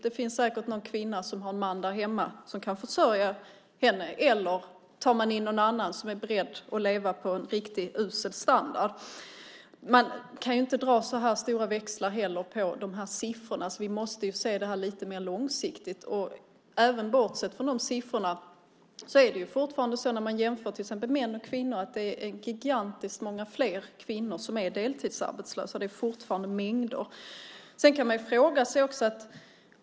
Det finns säkert någon kvinna som har en man där hemma som kan försörja henne. Eller också tar man in någon som är beredd att leva med en riktigt usel standard. Man kan inte dra så stora växlar på siffrorna här. Vi måste se detta lite mer långsiktigt. Även bortsett från siffrorna är det vid en jämförelse mellan män och kvinnor fortfarande så att det är gigantiskt långt fler kvinnor som är deltidsarbetslösa. Det finns fortfarande en mängd sådana.